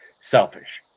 selfish